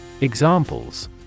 Examples